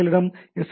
எங்களிடம் எஸ்